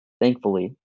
Thankfully